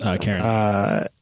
Karen